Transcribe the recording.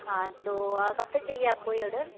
हाँ तो आ कब तक चाहिए आपको यह ऑर्डर